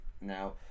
Now